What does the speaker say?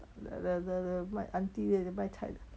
the the the the 卖 auntie 卖菜